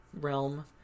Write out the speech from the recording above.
realm